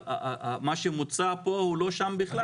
אבל מה שמוצע פה הוא לא שם בכלל.